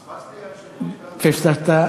פספסתי, פספסת.